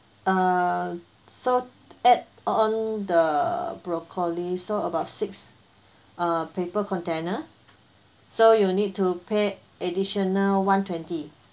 uh so add on the broccoli so about six uh paper container so you need to pay additional one twenty